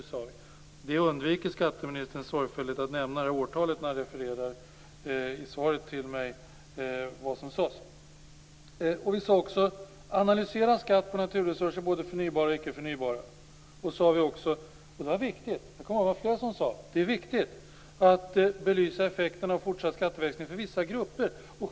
Skatteministern undviker i sitt svar sorgfälligt att nämna det årtalet när han refererar vad som sades. Vi sade också: Analysera skatt på naturresurser, både förnybara och icke förnybara. Flera påpekade att det var viktigt att belysa effekten av fortsatt skatteväxling för vissa grupper.